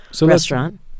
restaurant